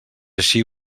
així